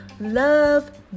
love